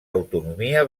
autonomia